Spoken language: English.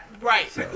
Right